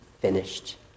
finished